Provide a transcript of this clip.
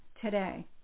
today